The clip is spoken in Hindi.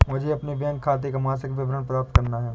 मुझे अपने बैंक खाते का मासिक विवरण प्राप्त करना है?